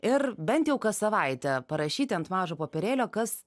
ir bent jau kas savaitę parašyti ant mažo popierėlio kas